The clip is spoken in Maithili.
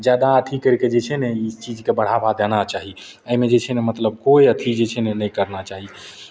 जादा अथि करि कऽ जे छै ने ई चीजके बढ़ावा देना चाही एहिमे जे छै ने मतलब कोइ अथि जे छै ने नहि करना चाही